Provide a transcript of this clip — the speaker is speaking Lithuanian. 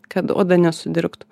kad oda nesudirgtų